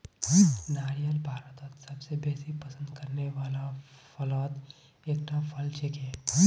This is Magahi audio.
नारियल भारतत सबस बेसी पसंद करने वाला फलत एकता फल छिके